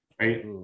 Right